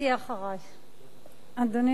אדוני